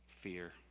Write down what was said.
fear